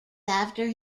after